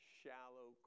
shallow